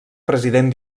president